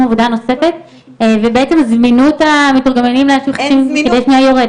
עבודה נוספת ובעצם זמינות המתורגמנים יורדת.